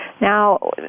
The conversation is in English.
Now